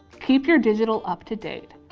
keep your digital up-to-date.